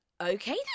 Okay